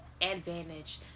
advantage